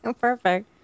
Perfect